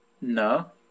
No